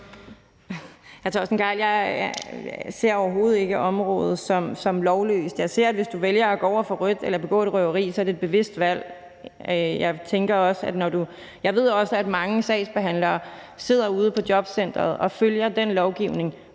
jeg ser overhovedet ikke området som lovløst. Jeg ser det sådan, at hvis du vælger at gå over for rødt eller begå et røveri, så er det et bevidst valg. Jeg ved også, at mange sagsbehandlere sidder ude i jobcentrene og følger den lovgivning,